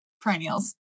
perennials